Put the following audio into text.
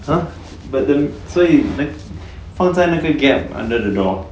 !huh! but the 所以放在那个 gap under the door